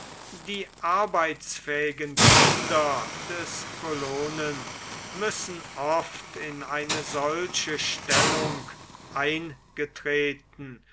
die arbeitsfähigen kinder des kolonen müssen oft in eine solche stellung eingetreten